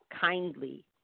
kindly